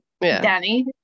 Danny